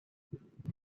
dos